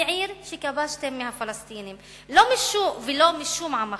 היא עיר שכבשתם מהפלסטינים ולא משום עם אחר.